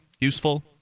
useful